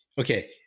okay